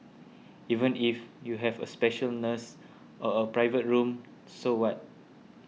even if you have a special nurse or a private room so what